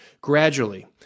Gradually